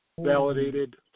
Validated